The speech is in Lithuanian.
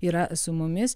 yra su mumis